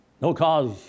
No-cause